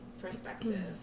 perspective